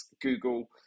Google